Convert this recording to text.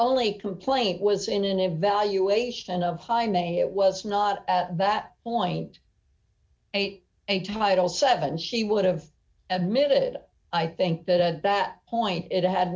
only complaint was in an evaluation of pinedale was not at that point eight a title seven she would have admitted i think that at that point it had